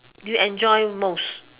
you enjoy most